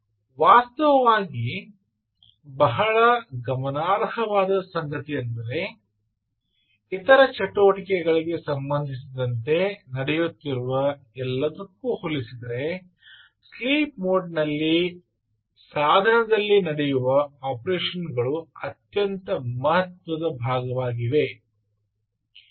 ವಾಸ್ತವವಾಗಿ ಬಹಳ ಗಮನಾರ್ಹವಾದ ಸಂಗತಿಯೆಂದರೆ ಇತರ ಚಟುವಟಿಕೆಗಳಿಗೆ ಸಂಬಂಧಿಸಿದಂತೆ ನಡೆಯುತ್ತಿರುವ ಎಲ್ಲದಕ್ಕೂ ಹೋಲಿಸಿದರೆ ಸ್ಲೀಪ್ ಮೋಡಿನಲ್ಲಿ ಸಾಧನದಲ್ಲಿ ನಡೆಯುವ ಆಪರೇಷನ್ ಗಳು ಅತ್ಯಂತ ಮಹತ್ವದ ಭಾಗವಾಗಿದೆ